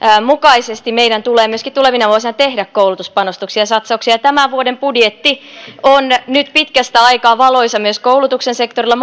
mukaisesti meidän tulee myöskin tulevina vuosina tehdä koulutuspanostuksia ja satsauksia tämän vuoden budjetti on nyt pitkästä aikaa moniin vuosiin valoisa myös koulutuksen sektorilla